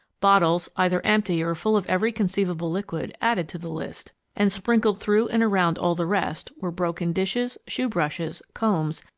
bottles, either empty or full of every conceivable liquid, added to the list and sprinkled through and around all the rest were broken dishes, shoe-brushes, combs,